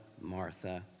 Martha